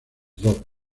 dos